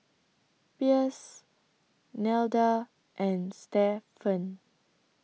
Pierce Nelda and Stephen